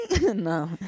No